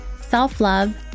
self-love